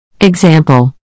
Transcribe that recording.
Example